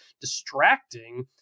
distracting